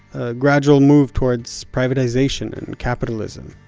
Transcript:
a gradual move towards privatization and capitalism.